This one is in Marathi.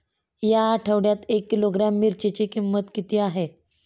या आठवड्यात एक किलोग्रॅम मिरचीची किंमत किती आहे?